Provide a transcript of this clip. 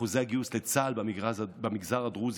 אחוז הגיוס לצה"ל במגזר הדרוזי,